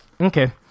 Okay